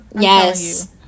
yes